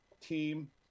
team